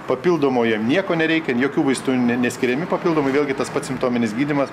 papildomo jam nieko nereikia jokių vaistų ne neskiriami papildomai vėlgi tas pats simptominis gydymas